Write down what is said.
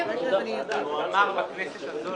בשנה וחצי האלה,